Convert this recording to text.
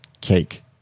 cake